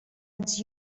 its